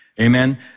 Amen